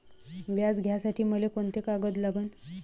व्याज घ्यासाठी मले कोंते कागद लागन?